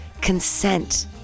Consent